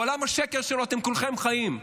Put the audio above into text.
בעולם השקר שלו אתם כולכם חיים,